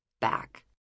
back